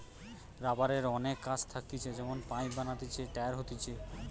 রাবারের অনেক কাজ থাকতিছে যেমন পাইপ বানাতিছে, টায়ার হতিছে